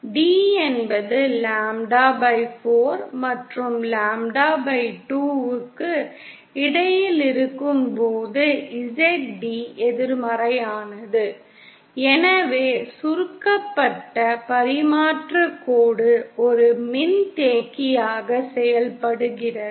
D என்பது lambda 4 மற்றும் lambda 2 க்கு இடையில் இருக்கும்போது Zd எதிர்மறையானது எனவே சுருக்கப்பட்ட பரிமாற்றக் கோடு ஒரு மின்தேக்கியாக செயல்படுகிறது